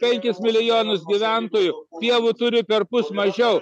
penkis milijonus gyventojų pievų turi perpus mažiau